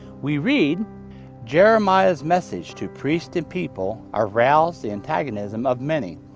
we read jeremiah's message to priests and people aroused the antagonism of many.